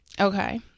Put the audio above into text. Okay